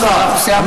חבר הכנסת גטאס,